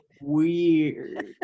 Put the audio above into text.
weird